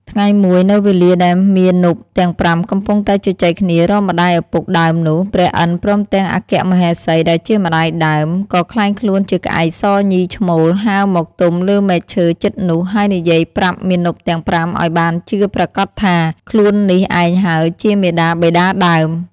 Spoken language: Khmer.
ថ្ងៃមួយ នៅវេលាដែលមាណពទាំង ៥ កំពុងតែជជែកគ្នារកម្ដាយឪពុកដើមនោះ ព្រះឥន្ទព្រមទាំងអគ្គ មហេសីដែលជាម្ដាយដើម ក៏ក្លែងខ្លួនជាក្អែកសញីឈ្មោល ហើរមកទំលើមែកឈើជិតនោះ ហើយនិយាយប្រាប់មាណពទាំង ៥ ឲ្យបានជឿប្រាកដថា "ខ្លួននេះឯងហើយ ជាមាតាបិតាដើម” ។